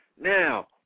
Now